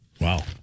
Wow